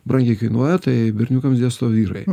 brangiai kainuoja tai berniukams dėsto vyrai